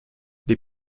les